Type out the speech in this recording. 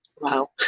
Wow